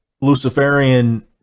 Luciferian